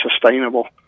sustainable